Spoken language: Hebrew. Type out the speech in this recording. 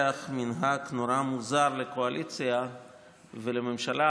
מנהג נורא מוזר לקואליציה ולממשלה,